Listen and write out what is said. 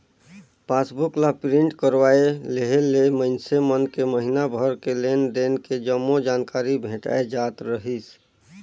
passbook ला print करवाये लेहे ले मइनसे मन के महिना भर के लेन देन के जम्मो जानकारी भेटाय जात रहीस